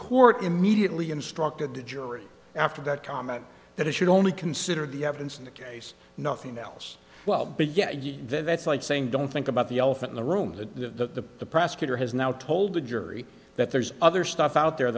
court immediately instructed the jury after that comment that it should only consider the evidence in the case nothing else well beget you that's like saying don't think about the elephant in the room to the press kid who has now told a jury that there's other stuff out there